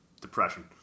depression